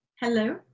Hello